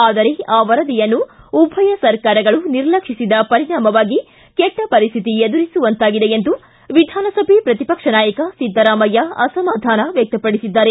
ಆದರೆ ಆ ವರದಿಯನ್ನು ಉಭಯ ಸರ್ಕಾರಗಳು ನಿರ್ಲಕ್ಷಿಸಿದ ಪರಿಣಾಮವಾಗಿ ಕೆಟ್ಟ ಪರಿಸ್ಥಿತಿ ಎದುರಿಸುವಂತಾಗಿದೆ ಎಂದು ವಿಧಾನಸಭೆ ಪ್ರತಿಪಕ್ಷ ನಾಯಕ ಸಿದ್ದರಾಮಯ್ಯ ಅಸಮಾಧಾನ ವ್ಯಕ್ತಪಡಿಸಿದ್ದಾರೆ